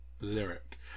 Lyric